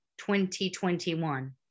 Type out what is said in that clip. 2021